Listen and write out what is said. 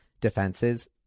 defenses